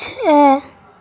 چھ